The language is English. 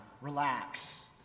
Relax